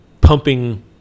pumping